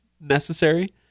necessary